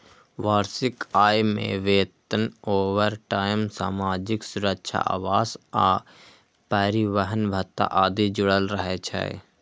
वार्षिक आय मे वेतन, ओवरटाइम, सामाजिक सुरक्षा, आवास आ परिवहन भत्ता आदि जुड़ल रहै छै